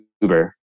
Uber